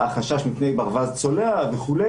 החשש מפני ברווז צולע וכו',